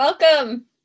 Welcome